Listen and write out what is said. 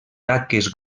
taques